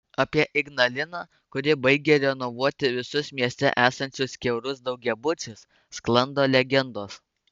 apie ignaliną kuri baigia renovuoti visus mieste esančius kiaurus daugiabučius sklando legendos